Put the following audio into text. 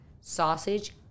sausage